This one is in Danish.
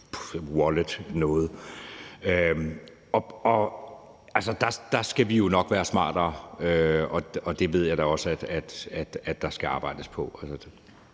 eller noget. Der skal vi jo nok være smartere, og det ved jeg da også der skal arbejdes på.